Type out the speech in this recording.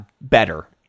better